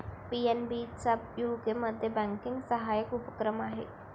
PNB चा यूकेमध्ये banking सहाय्यक उपक्रम आहे